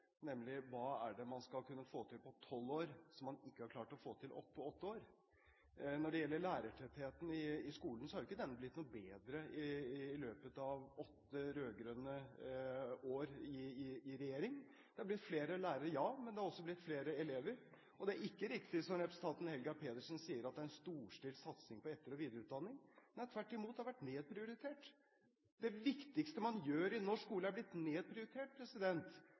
nemlig: Hva er det man skal kunne få til på tolv år som man ikke har klart å få til på åtte år? Når det gjelder lærertettheten i skolen, har jo ikke denne blitt noe bedre i løpet av åtte rød-grønne år i regjering. Det har blitt flere lærere, ja, men det har også blitt flere elever, og det er ikke riktig som representanten Helga Pedersen sier, at det er en storstilt satsing på etter- og videreutdanning. Tvert imot har det vært nedprioritert. Det viktigste man gjør i norsk skole, er blitt nedprioritert